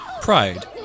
Pride